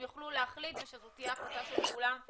יוכלו להחליט ושזו תהיה החלטה של כולם.